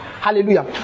Hallelujah